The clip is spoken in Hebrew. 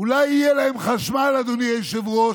אולי יהיה להם חשמל, אדוני היושב-ראש,